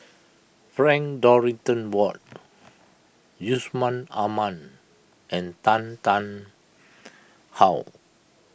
Frank Dorrington Ward Yusman Aman and Tan Tarn How